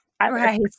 Right